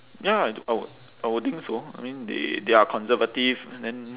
ya I would I would think so I mean they they are conservative and then